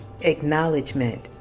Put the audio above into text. acknowledgement